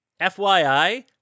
fyi